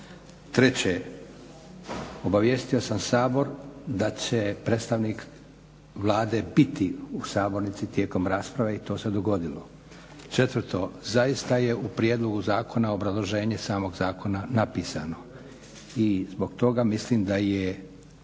Treće, obavijestio sam Sabor da će predstavnik Vlade biti u sabornici tijekom rasprave i to se dogodilo. Četvrto, zaista je u prijedlogu zakona obrazloženje samog zakona napisano i zbog toga mislim da je